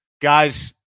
Guys